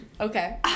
Okay